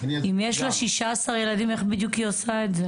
אם יש לה 16 ילדים תחת האחריות שלה אז איך בדיוק היא עושה את זה?